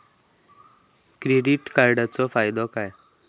Credit कार्डाचो फायदो काय?